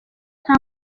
nta